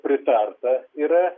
pritarta yra